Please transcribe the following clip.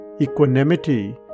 Equanimity